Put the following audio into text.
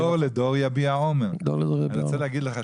״דור לדור יביע אומר.״ אני רוצה לומר לך,